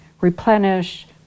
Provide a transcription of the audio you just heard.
replenish